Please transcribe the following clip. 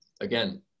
again